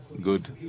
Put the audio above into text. good